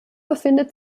befindet